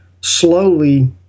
slowly